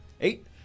Eight